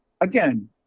again